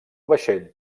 vaixell